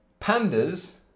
pandas